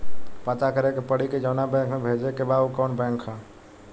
पता करे के पड़ी कि जवना बैंक में भेजे के बा उ कवन बैंक ह